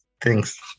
Thanks